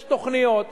יש תוכניות,